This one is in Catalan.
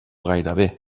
gairebé